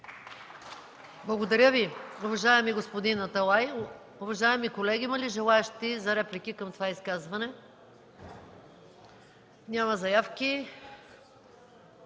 Благодаря Ви, уважаеми господин Аталай. Уважаеми колеги, има ли желаещи за реплики към това изказване? Няма заявки.